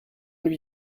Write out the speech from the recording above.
lui